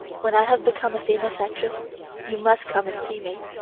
when i have become a famous actress you must come and see me.